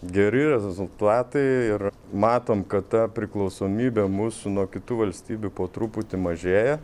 geri rezultatai ir matom kad ta priklausomybė mūsų nuo kitų valstybių po truputį mažėja